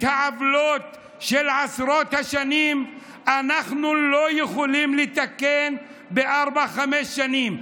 את העוולות של עשרות השנים אנחנו לא יכולים לתקן בארבע-חמש שנים,